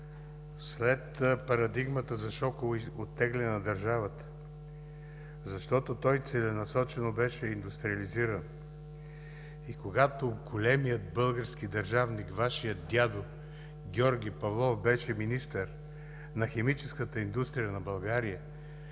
след парадигмата за шоково оттегляне на държавата, защото той целенасочено беше индустриализиран. И когато големият български държавник – Вашият дядо Георги Павлов, беше министър на химическата индустрия на България,